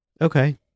Okay